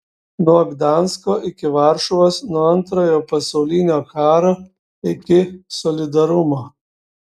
nuo gdansko iki varšuvos nuo antrojo pasaulinio karo iki solidarumo